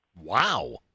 Wow